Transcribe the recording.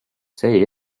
say